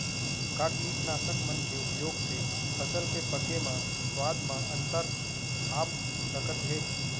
का कीटनाशक मन के उपयोग से फसल के पके म स्वाद म अंतर आप सकत हे?